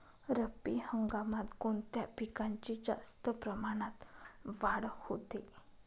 रब्बी हंगामात कोणत्या पिकांची जास्त प्रमाणात वाढ होते?